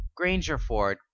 grangerford